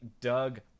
Doug